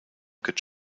could